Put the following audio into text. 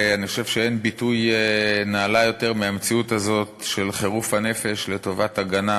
אני חושב שאין ביטוי נעלה יותר מהמציאות הזאת של חירוף הנפש לטובת הגנה